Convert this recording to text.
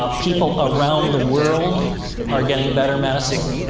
ah people around the world are getting better medicine